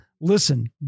listen